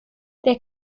wer